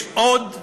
יש עוד תוכנית,